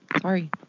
sorry